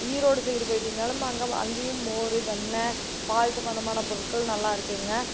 Erode side போய்ட்டீங்கனாலும் அங்கே அங்கேயும் மோர் வெண்ணெய் பால் சம்பந்தமான பொருட்கள் நல்லா இருக்கும்ங்க